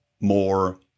more